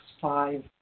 five